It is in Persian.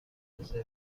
صربستان